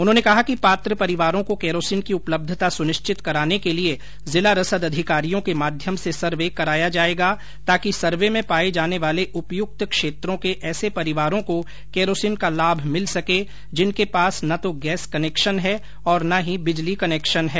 उन्होंने कहा कि पात्र परिवारों को केरोसिन की उपलब्धता सुनिश्चत कराने के लिए जिला रसद अधिकारियों के माध्यम से सर्वे कराया जाएगा ताकि सर्वे में पाए जाने वाले उपयुक्त क्षेत्रों के ऐसे परिवारों को केरोसिन का लाभ मिल सके जिनके पास न तो गैस कनेक्शन है और न ही बिजली कनेक्शन है